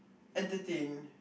entertain